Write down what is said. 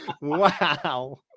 Wow